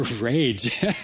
rage